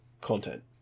content